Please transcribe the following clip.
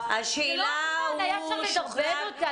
------ היה אפשר לדובב אותה,